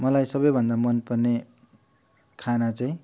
मलाई सबैभन्दा मनपर्ने खाना चाहिँ